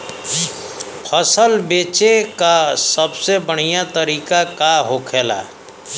फसल बेचे का सबसे बढ़ियां तरीका का होखेला?